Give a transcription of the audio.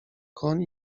koń